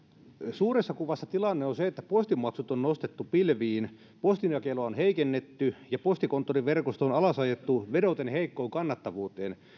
suuressa kuvassa tilanne on se että postimaksut on nostettu pilviin postinjakelua on heikennetty ja postikonttoriverkosto on alasajettu vedoten heikkoon kannattavuuteen